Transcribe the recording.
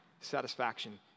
satisfaction